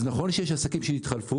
אז נכון שיש עסקים שהתחלפו.